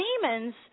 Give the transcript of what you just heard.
demons